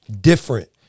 different